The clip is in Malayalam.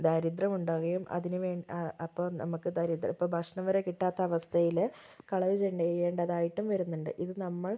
ദാരിദ്യം ഉണ്ടാകുകയും അതിനു വേണ്ടി അപ്പോൾ നമുക്ക് ദരിദ്ര അപ്പോൾ ഭക്ഷണം വരെ കിട്ടാത്ത അവസ്ഥയിൽ കളവു ചെയ്യേണ്ടാതായിട്ടു വരുന്നുണ്ട് ഇത് നമ്മള്